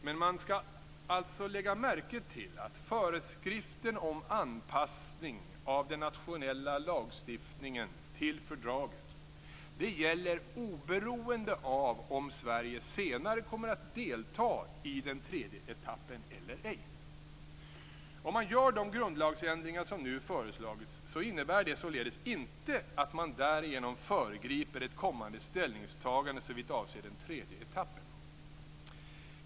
Men man skall alltså lägga märke till att föreskriften om anpassning av den nationella lagstiftningen till fördraget gäller oberoende av om Sverige senare kommer att delta i den tredje etappen eller ej. Om man gör de grundlagsändringar som nu föreslagits innebär det således inte att man därigenom föregriper ett kommande ställningstagande såvitt avser den tredje etappen.